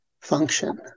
function